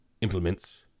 implements